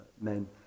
men